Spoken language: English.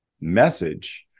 message